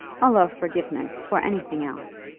all our forgiveness for anything else.